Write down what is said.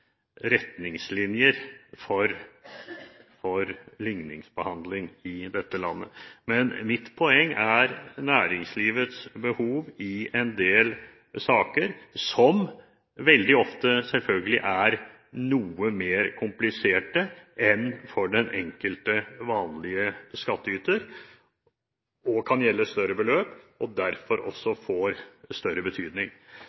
retningslinjer for ligningsbehandling i dette landet. Men mitt poeng er at næringslivets behov i en del saker, som veldig ofte selvfølgelig er noe mer kompliserte enn for den enkelte vanlige skattyter, kan gjelde større beløp og derfor